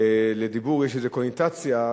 לדיבור יש איזו קונוטציה,